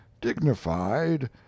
dignified